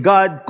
God